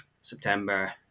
september